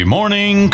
Morning